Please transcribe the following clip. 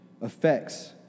affects